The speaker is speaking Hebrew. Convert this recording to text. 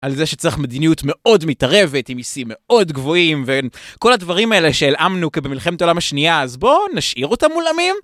על זה שצריך מדיניות מאוד מתערבת, עם מיסים מאוד גבוהים וכל הדברים האלה שהלאמנו כבמלחמת העולם השנייה, אז בואו נשאיר אותם מולאמים?